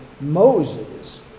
Moses